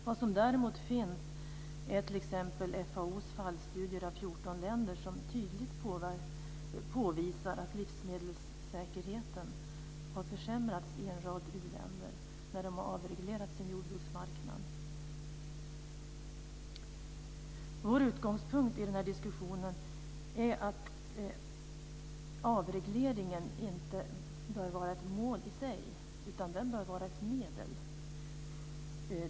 Vad som däremot finns är t.ex. FAO:s fallstudier av 14 länder. De påvisar tydligt att livsmedelssäkerheten har försämrats i en rad u-länder när de har avreglerat sin jordbruksmarknad. Vår utgångspunkt i diskussionen är att avregleringen inte bör vara ett mål i sig, utan den bör vara ett medel.